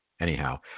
anyhow